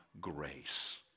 grace